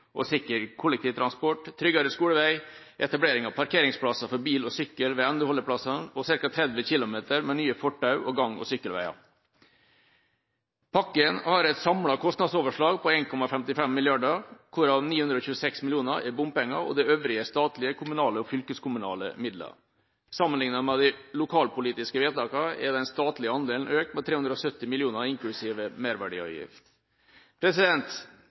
og sikker kollektivtransport, tryggere skolevei, etablering av parkeringsplasser for bil og sykkel ved endeholdeplassene, og ca. 30 km med nye fortau og gang- og sykkelveier. Pakken har et samlet kostnadsoverslag på 1,55 mrd. kr, hvorav 926 mill. kr er bompenger og det øvrige er statlige, kommunale og fylkeskommunale midler. Sammenlignet med de lokalpolitiske vedtakene er den statlige andelen økt med 370 mill. kr inklusiv merverdiavgift.